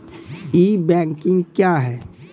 ई banking क्या हैं?